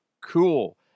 cool